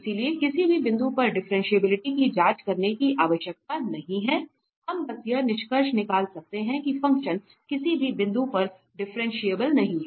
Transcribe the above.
इसलिए हमें किसी भी बिंदु पर डिफ्रेंटिएबिलिटी की जांच करने की आवश्यकता नहीं है हम बस यह निष्कर्ष निकाल सकते हैं कि फ़ंक्शन किसी भी बिंदु पर डिफरेंशिएबल नहीं है